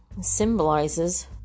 symbolizes